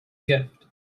gift